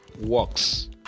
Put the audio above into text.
works